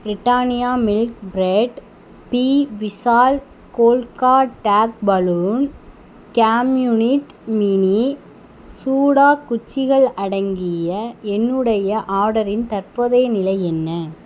Britannia milk bread பி விஷால் கோல்கா tag balloon கேம்யூனிட் மினி சூட குச்சிகள் அடங்கிய என்னுடைய ஆர்டரின் தற்போதைய நிலை என்ன